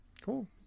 Cool